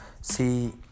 see